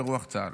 ברוח צה"ל.